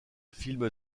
film